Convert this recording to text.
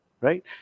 Right